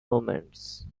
moments